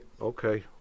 Okay